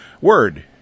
Word